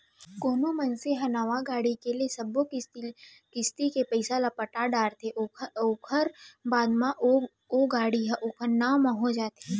कोनो मनसे ह नवा गाड़ी के ले सब्बो किस्ती के पइसा ल जब पटा डरथे ओखर बाद ओ गाड़ी ह ओखर नांव म हो जाथे